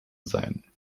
sein